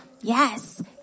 Yes